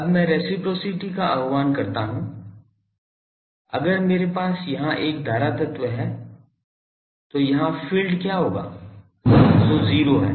अब मैं रेसप्रॉसिटी का आह्वान करता हूं अगर मेरे पास यहां एक धारा तत्व है तो यहां फ़ील्ड क्या होगा जो 0 है